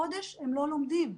חודש הם לא לומדים.